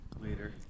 later